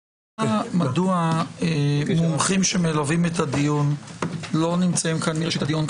מדוע מומחים שמלווים את הדיון לא נמצאים כאן מראשית הדיון,